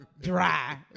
dry